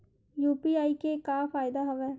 UPI के का फ़ायदा हवय?